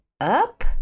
up